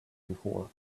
before